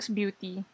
beauty